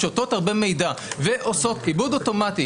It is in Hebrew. שותות הרבה מידע ועושות עיבוד אוטומטי